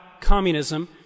communism